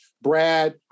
Brad